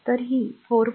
तर ही 4